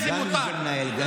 גם אם הוא מנהל בית ספר יהודי?